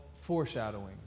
foreshadowing